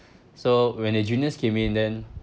so when the juniors came in then